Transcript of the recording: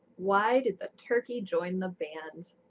why did the turkey join the band?